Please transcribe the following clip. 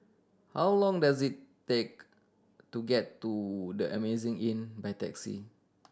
how long does it take to get to The Amazing Inn by taxi